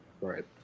Right